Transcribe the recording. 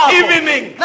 evening